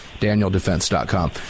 DanielDefense.com